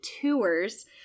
tours